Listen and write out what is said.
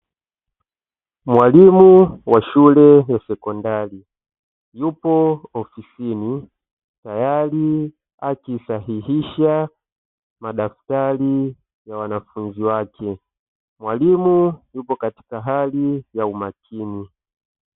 Mwalimu wa shule ya sekondari yupo ofisini tayari akisahihisha madaftari ya wanafunzi wake, mwalimu yupo katika hali ya umakini.